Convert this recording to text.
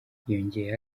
yongeyeho